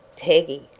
peggy!